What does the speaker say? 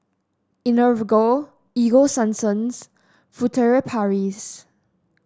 Enervon Ego Sunsense Furtere Paris